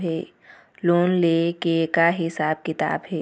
Loan ले के का हिसाब किताब हे?